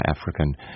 African